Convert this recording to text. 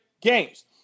games